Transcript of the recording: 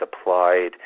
applied